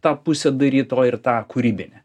tą pusę daryt o ir tą kūrybinę